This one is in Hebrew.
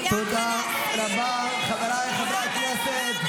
סיימת להסית?